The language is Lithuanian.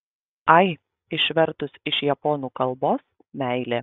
ai išvertus iš japonų kalbos meilė